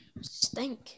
stink